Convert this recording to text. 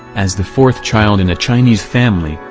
as the fourth child in a chinese family,